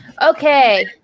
Okay